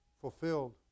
fulfilled